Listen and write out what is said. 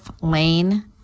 Lane